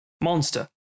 monster